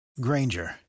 Granger